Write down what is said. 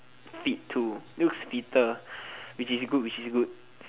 fit too he looks fitter which is good which is good